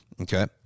Okay